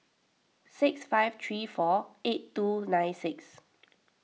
six five three four eight two nine six